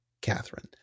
Catherine